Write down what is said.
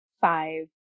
five